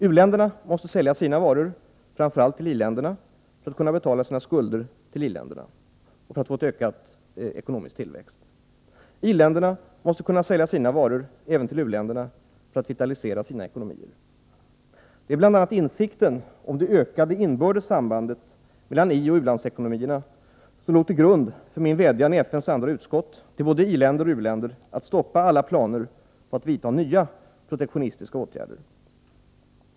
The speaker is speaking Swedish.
U-länderna måste sälja sina varor framför allt till i-länderna för att kunna betala sina skulder till i-länder och för att få en ökad ekonomisk tillväxt. I-länderna måste kunna sälja sina varor även till u-länderna för att vitalisera sina ekonomier. Det är bl.a. insikten om det ökade inbördes sambandet mellan ioch u-landsekonomierna som låg till grund för min vädjan i FN:s andra utskott till både i-länder och u-länder att stoppa alla planer på att vidta nya protektionistiska åtgärder.